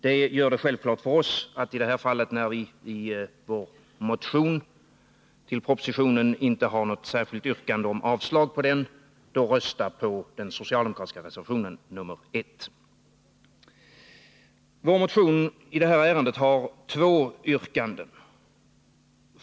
Det gör det självklart för oss att i det här fallet, när vi i vår motion inte har något särskilt yrkande om avslag på propositionen, rösta på den socialdemokratiska reservationen 1. Vår motion i det här ärendet har två yrkanden.